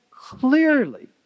clearly